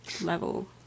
level